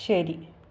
ശരി